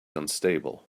unstable